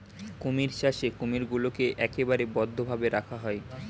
কুমির চাষে কুমিরগুলোকে একেবারে বদ্ধ ভাবে রাখা হয়